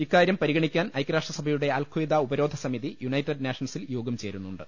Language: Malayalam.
ഇക്കാരൃം പരിഗ്ദണിക്കാൻ ഐക്യരാഷ്ട്രസഭയുടെ അൽഖയ്ദ ഉപരോധ സമിതി യുണൈറ്റഡ് നാഷൻസിൽ യോഗം ചേരുന്നുണ്ട്